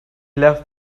left